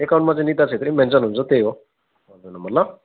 एकाउन्टमा चाहिँ निता छेत्री मेन्सन् हुन्छ त्यही हो नम्बर ल